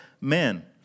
men